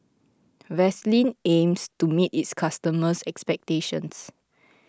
Vaselin aims to meet its customers' expectations